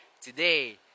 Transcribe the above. today